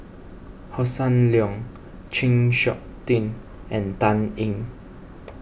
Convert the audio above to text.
Hossan Leong Chng Seok Tin and Dan Ying